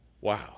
Wow